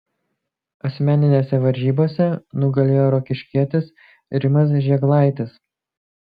asmeninėse varžybose nugalėjo rokiškietis rimas žėglaitis